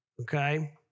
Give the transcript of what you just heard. okay